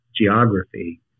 geography